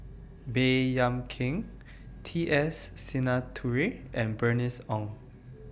Baey Yam Keng T S Sinnathuray and Bernice Ong